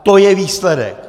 To je výsledek!